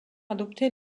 adopter